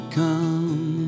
come